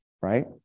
right